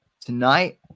tonight